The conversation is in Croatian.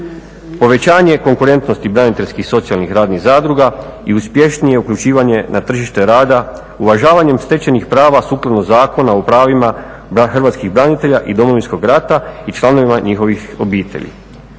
Povećanje konkurentnosti braniteljskih socijalnih radnih zadruga i uspješnije uključivanje na tržište rada uvažavanjem stečenih prava sukladno Zakona o pravima Hrvatskih branitelja iz Domovinskog rata i članovima njihovih obitelji.